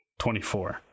24